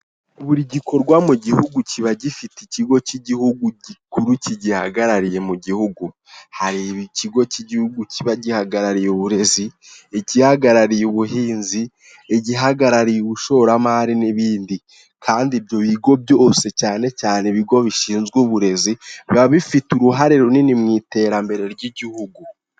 Buri gikorwa mu gihugu kiba gifite ikigo cy'igihugu gikuru kigihagarariye mu gihugu, hari ikigo cy'igihugu kiba gihagarariye uburezi, igihagarariye ubuhinzi, igihagarariye ubushoramari n'ibindi, kandi ibyo bigo byose cyane cyane ibigo bishinzwe uburezi biba bifite uruhare runini mu iterambere ry'igihugu.